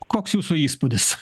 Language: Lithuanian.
koks jūsų įspūdis